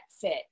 fit